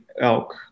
elk